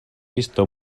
pistó